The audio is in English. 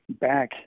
back